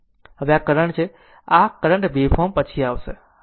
હવે આ કરંટ છે આ કહેવા છે કે કરંટ વેવફોર્મ આ પછી આવશે